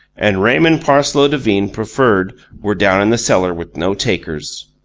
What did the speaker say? and raymond parsloe devine preferred were down in the cellar with no takers.